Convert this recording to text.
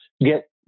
get